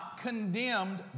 condemned